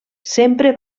sempre